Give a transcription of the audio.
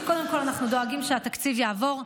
קודם כול אנחנו דואגים שהתקציב יעבור.